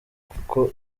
kuko